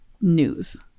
news